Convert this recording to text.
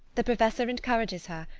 the professor encourages her,